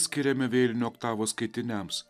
skiriame vėlinių oktavos skaitiniams